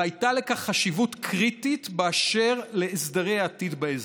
והייתה לכך חשיבות קריטית באשר להסדרי העתיד באזור.